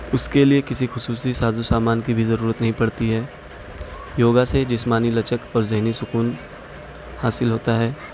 اس کے لیے کسی خصوصی ساز و سامان کی بھی ضرورت نہیں پڑتی ہے یوگا سے جسمانی لچک اور ذہنی سکون حاصل ہوتا ہے